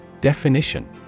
Definition